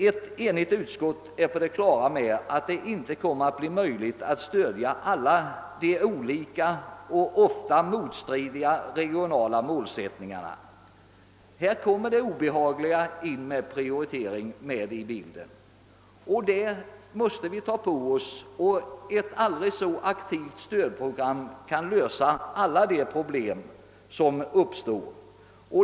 Ett enigt utskott är emellertid på det klara med att det inte kommer att bli möjligt att stödja alla de olika och ofta motstridiga regionala målsättningarna. Härvidlag kommer den obehagliga prioriteringsfrågan in i bilden, och den måste vi ta ställning till. Vi kan inte genom ett aldrig så aktivt stödprogram lösa alla de problem som uppstår.